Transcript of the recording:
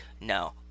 no